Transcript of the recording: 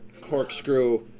corkscrew